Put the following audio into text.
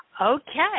Okay